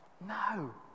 No